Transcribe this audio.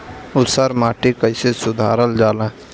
ऊसर माटी कईसे सुधार जाला?